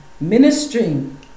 ministering